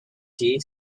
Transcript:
tea